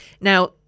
Now